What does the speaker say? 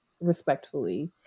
respectfully